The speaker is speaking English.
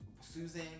Susan